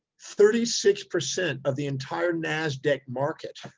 thirty six percent of the entire nasdaq market,